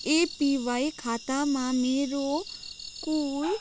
APY खातामा मेरो कुल